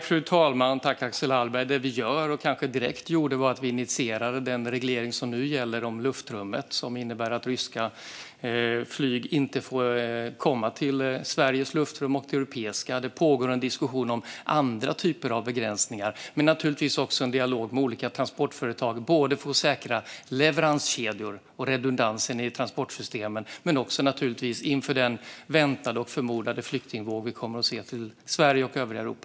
Fru talman och Axel Hallberg! Det vi gör och gjorde direkt var att initiera den reglering som nu gäller för luftrummet. Det innebär att ryska flyg inte får komma till Sveriges och Europas luftrum. Det pågår en diskussion om andra typer av begränsningar och även en dialog med olika transportföretag både för att säkra leveranskedjor och redundansen i transportsystemen och inför den väntade och förmodade flyktingvåg som vi kommer att se till Sverige och övriga Europa.